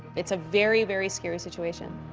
it's a very, very scary situation.